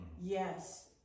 Yes